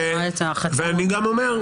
אני גם אומר,